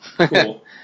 cool